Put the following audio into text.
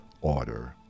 order